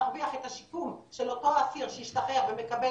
להרוויח את השיקום של אותו אסיר שהשתחרר ומקבל